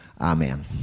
Amen